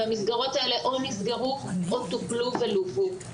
והמסגרות האלה או נסגרו או טופלו ולווו.